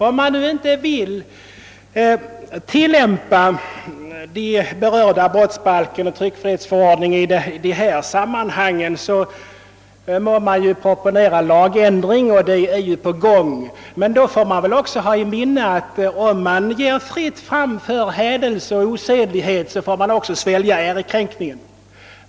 Om man nu inte vill tillämpa brottsbalken och tryckfrihetsförordningen i detta sammanhang må man proponera lagändring, och utredning härom är också på gång. Men man får ha i minnet, att om man ger fältet fritt för hädelse och osedlighet får man också svälja ärekränkningen.